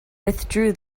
withdrew